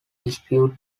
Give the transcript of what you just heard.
dispute